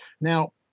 Now